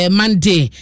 monday